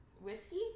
whiskey